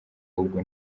ubwo